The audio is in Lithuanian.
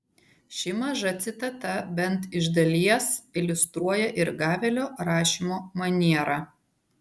ši maža citata bent iš dalies iliustruoja ir gavelio rašymo manierą